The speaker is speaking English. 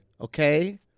okay